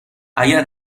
اگر